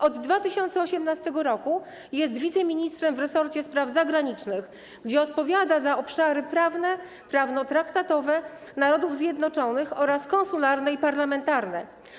Od 2018 r. jest wiceministrem w resorcie spraw zagranicznych, gdzie odpowiada za obszary prawne, prawno-traktatowe, Narodów Zjednoczonych oraz konsularne i parlamentarne.